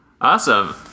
Awesome